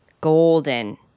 golden